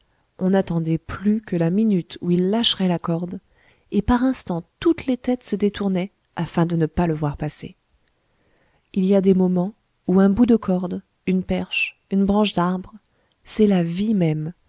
on n'attendait plus que la minute où il lâcherait la corde et par instants toutes les têtes se détournaient afin de ne pas le voir passer il y a des moments où un bout de corde une perche une branche d'arbre c'est la vie même